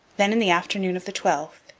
then, in the afternoon of the twelfth,